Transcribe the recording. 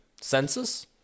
Census